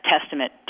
testament